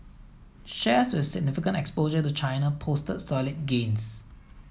shares with significant exposure to China posted solid gains